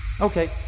Okay